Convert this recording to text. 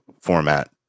format